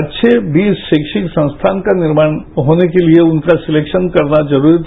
अच्छे बीज शैक्षिक संस्थान का निर्माण होने के लिए उनका सिलेक्शन करना जरूरी था